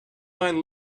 mind